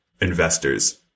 investors